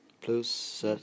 plus